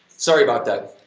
sorry about that.